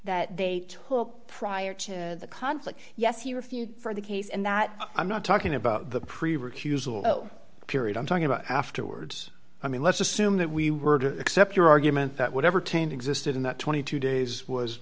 that they took prior to the conflict yes he refused for the case and that i'm not talking about the preview period i'm talking about afterwards i mean let's assume that we were to accept your argument that whatever taint existed in that twenty two days was